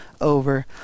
over